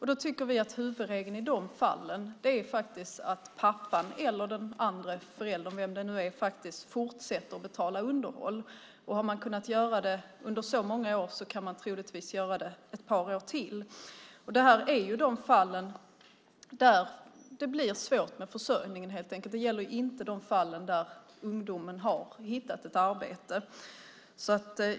Vi tycker att huvudregeln i de fallen ska vara att pappan eller den andra föräldern - vem det nu är - faktiskt fortsätter att betala underhåll. Har man kunnat göra det under så många år kan man troligtvis göra det ett par år till. Det här handlar om de fall där det blir svårt med försörjningen. Det gäller inte de fall där ungdomen har hittat ett arbete.